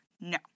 No